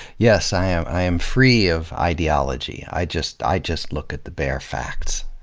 yes, i am i am free of ideology. i just i just look at the bare facts.